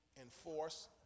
enforce